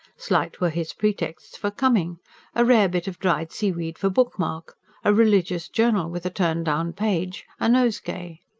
slight were his pretexts for coming a rare bit of dried seaweed for bookmark a religious journal with a turned-down page a nosegay.